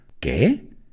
¿Qué